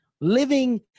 living